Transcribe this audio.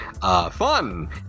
fun